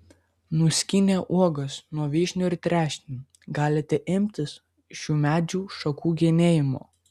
nuskynę uogas nuo vyšnių ir trešnių galite imtis šių medžių šakų genėjimo